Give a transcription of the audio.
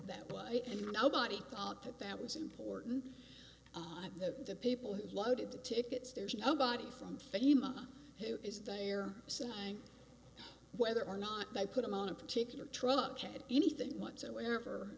that way and nobody thought that that was important on the people who loaded the tickets there's nobody from fema who is they are saying whether or not they put him on a particular truck had anything whatsoever